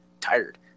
tired